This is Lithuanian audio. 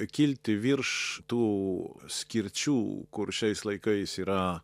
kilti virš tų skirčių kur šiais laikais yra